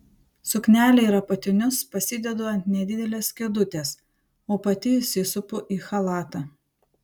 suknelę ir apatinius pasidedu ant nedidelės kėdutės o pati įsisupu į chalatą